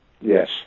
yes